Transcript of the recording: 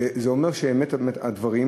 זה אומר שאמת הם הדברים,